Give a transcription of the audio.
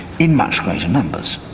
in much greater numbers.